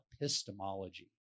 epistemology